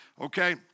okay